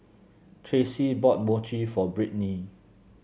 Tracee bought Mochi for Brittni